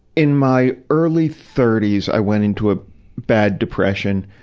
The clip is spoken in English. in my early thirty s, i went into a bad depression,